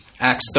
Acts